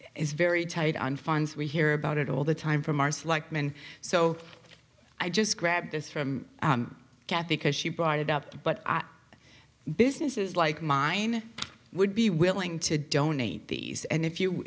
is very tight on funds we hear about it all the time from mars like men so i just grabbed this from kathy because she brought it up but businesses like mine would be willing to donate these and if you